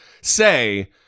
say